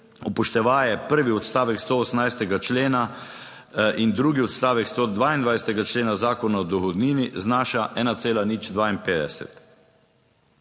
upoštevaje prvi odstavek 118. člena in drugi odstavek 122. člena Zakona o dohodnini znaša 1,052.